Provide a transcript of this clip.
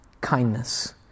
kindness